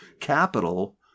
capital